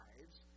lives